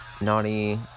naughty